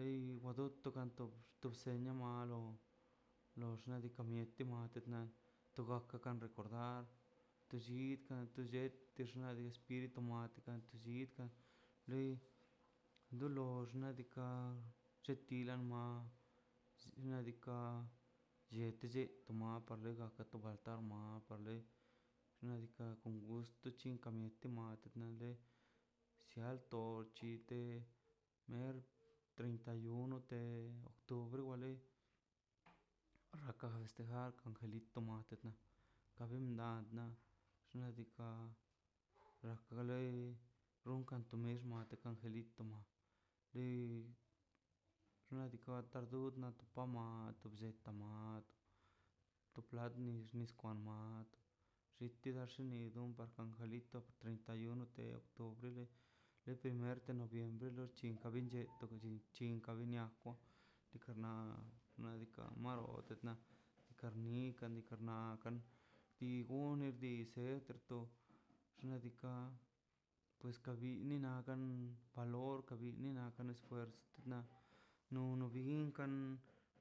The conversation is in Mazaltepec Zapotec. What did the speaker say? Lei wa dont to ka to senio malo lox nadika ma mieti mati miat kan recordar tor llit texna espiritu moad llitaꞌ dolo xnadika chetila ma xnaꞌ diikaꞌ llete lle tama kwal xnaꞌ diikaꞌ kon gusto chin chitener teinta y uno de octubre raka festejar angelito ant cabin na na xnaꞌ diikaꞌ na wa lei runkan ka misma angelito ma dei xnaꞌ diikaꞌ dud na to pama na to blle tamal la to plast ma nos kwan mat xite no mas gu unga angelito treita y uno de octubre de primer de noviembre nunhe to ninchi kabi niako teka na nadika ma oote na karnika nika na bi gone bi zet to xnaꞌ diikaꞌ pues kan bin inakan kalor kabin nes fuerze na no no binkan